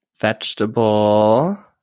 Vegetable